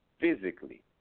Physically